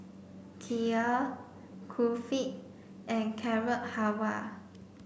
Kheer Kulfi and Carrot Halwa